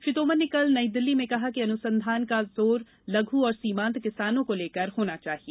श्री तोमर ने कल नईदिल्ली में कहा कि अनुसंधान का जोर लघु और सीमांत किसानों को लेकर होना चाहिए